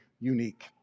unique